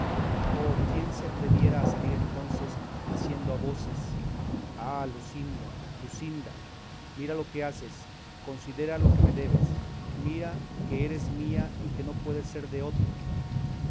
oh quién se atreviera a salir entonces diciendo a voces ah luscinda luscinda mira lo que haces considera lo que me debes mira que eres mía y que no puedes ser de otro